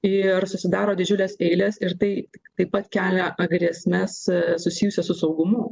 ir susidaro didžiulės eilės ir tai taip pat kelia a grėsmes susijusias su saugumu